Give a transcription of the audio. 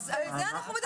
על זה אנחנו מדברים.